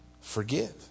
forgive